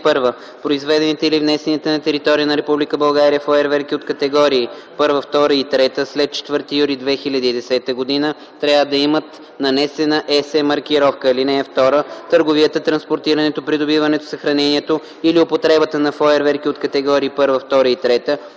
(1) Произведените или внесените на територията на Република България фойерверки от категории 1, 2 и 3 след 4 юли 2010 г. трябва да имат нанесена “СЕ” маркировка. (2) Търговията, транспортирането, придобиването, съхранението или употребата на фойерверки от категории 1, 2 и 3,